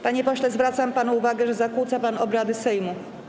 Panie pośle, zwracam panu uwagę, że zakłóca pan obrady Sejmu.